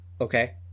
Okay